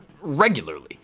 regularly